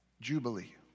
jubilee